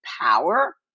power